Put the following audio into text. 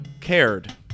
cared